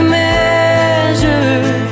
measure